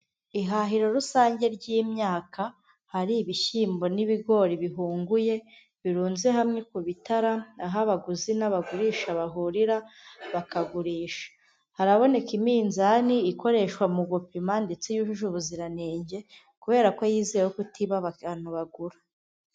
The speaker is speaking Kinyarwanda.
Ihahiro rusange ry'imyaka, hari ibishyimbo n'ibigori bihunguye, birunze hamwe ku bitara, aho abaguzi n'abagurisha bahurira bakagurisha, haraboneka iminzani ikoreshwa mu gupima ndetse yujuje ubuziranenge, kubera ko yizeye kutiba abantu bagura.